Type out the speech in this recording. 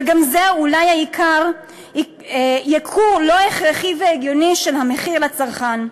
וגם זה אולי ייקור לא הכרחי והגיוני של המחיר לצרכן.